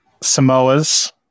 Samoas